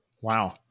Wow